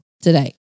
Today